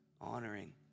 honoring